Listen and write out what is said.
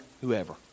whoever